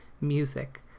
music